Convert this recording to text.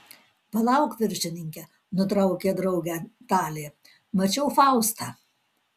palauk viršininke nutraukė draugę talė mačiau faustą